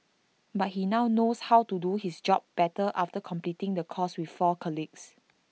but he now knows how to do his job better after completing the course with four colleagues